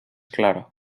clara